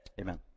amen